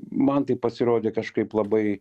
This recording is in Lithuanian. man tai pasirodė kažkaip labai